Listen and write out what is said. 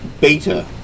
beta